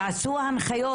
תוציאו הנחיות,